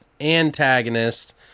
antagonist